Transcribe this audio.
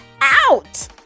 out